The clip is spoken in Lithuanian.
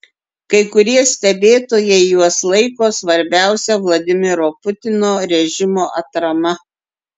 kai kurie stebėtojai juos laiko svarbiausia vladimiro putino režimo atrama